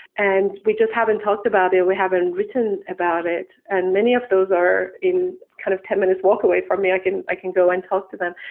and we just haven't talked about it. we haven't written about it, and many of those are in kind of ten minutes walk away from me. i can i can go and talk to them.